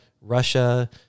Russia